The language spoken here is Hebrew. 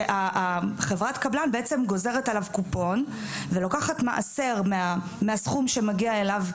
בעצם חברת הקבלן גוזרת עליו קופון ולוקחת מעשר מהסכום שמגיע אליו,